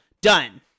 Done